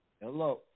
Hello